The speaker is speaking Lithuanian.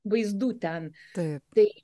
vaizdų ten taip tai